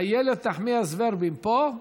איילת נחמיאס ורבין פה?